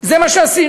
זה מה שעשינו.